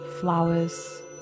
flowers